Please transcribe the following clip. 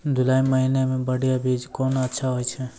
जुलाई महीने मे बढ़िया बीज कौन अच्छा होय छै?